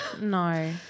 No